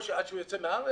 או עד שהוא ייצא מהארץ,